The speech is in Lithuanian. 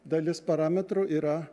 dalis parametrų yra